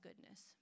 goodness